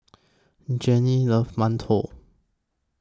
Jennings loves mantou